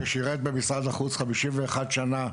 ששירת במשרד החוץ במשך 51 שנה,